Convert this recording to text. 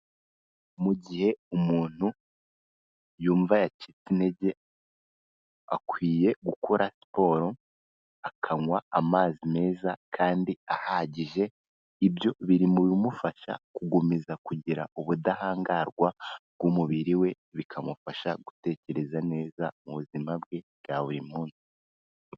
Mu gihe umuntu yumva yacitse intege, akwiye gukora siporo, akanywa amazi meza kandi ahagije, ibyo biri mu bimufasha gukomeza kugira ubudahangarwa bw'umubiri we, bikamufasha gutekereza neza mu buzima bwe bwa buri munsi.